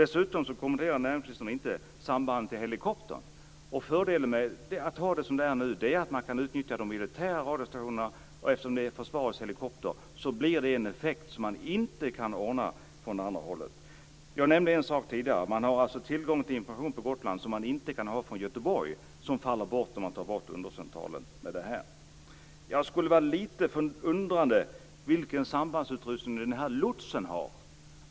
Dessutom kommer det här med sambandet till helikoptrar in. Fördelen med att ha det som det är nu är att man kan utnyttja de militära radiostationerna. Eftersom det är försvarets helikoptrar blir det en effekt som man kan inte nå från annat håll. Jag nämnde en sak tidigare. Man har tillgång till information på Gotland som man inte kan ha från Göteborg och som faller bort om man lägger ned undercentralen. Jag undrar lite vilken sambandsutrustning lotsen har.